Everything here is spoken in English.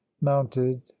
mounted